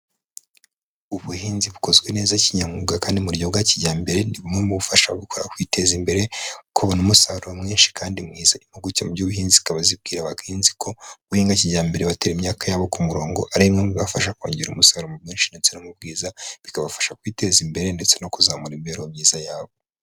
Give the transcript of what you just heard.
Ubuhinzi bukozwe neza kinyamwuga kandi mu buryo bwa kijyambere ntibumumufasha gukora kwiteza imbere kubona umusaruro mwinshi kandi mwiza impuguke by'ubuhinzikaba zibwira abagenzihinzi ko guhinga kijyambere batera imyaka yabo ku murongo ari ngobafasha kongera umusaruro mwinshi ndetse no' mu bwiza bikabafasha kwiteza imbere ndetse no kuzamura imibereho myiza yabo.